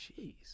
Jeez